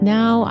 Now